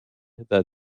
that